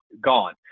gone